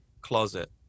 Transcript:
closet